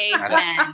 Amen